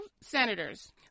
senators